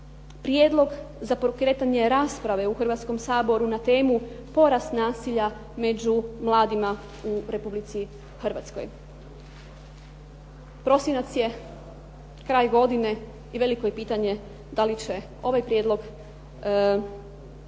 prijedlog za pokretanje rasprave u Hrvatskom saboru na temu Porast nasilja među mladima u Republici Hrvatskoj. Prosinac je, kraj godine i veliko je pitanje da li će ovaj prijedlog rasprave